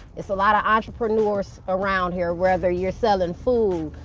it's a lot of entrepreneurs around here, whether you're selling food,